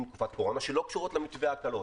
תקופת קורונה שלא קשורות למתווה ההקלות,